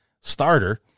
starter